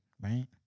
Right